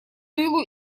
тылу